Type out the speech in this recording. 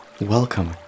welcome